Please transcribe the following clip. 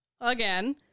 again